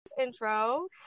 intro